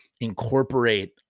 incorporate